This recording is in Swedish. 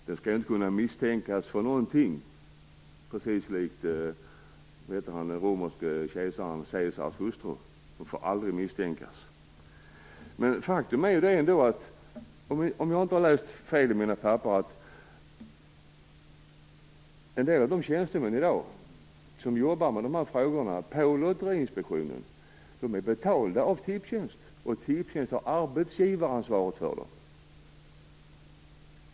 Den skall inte kunna misstänkas för något. Det är precis som det var med den romerske kejsaren Caesars hustru, som aldrig fick misstänkas. Om jag inte har läst fel i mina papper är en del av de tjänstemän som i dag jobbar med dessa frågor på Lotteriinspektionen betalda av Tipstjänst. Tipstjänst har arbetsgivaransvaret för dem.